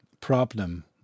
problem